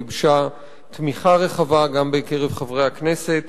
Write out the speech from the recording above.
גיבשה תמיכה רחבה גם בקרב חברי הכנסת